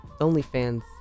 OnlyFans